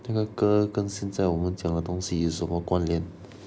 这个歌跟现在我们讲的东西有什么关联